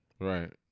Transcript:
Right